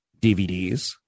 DVDs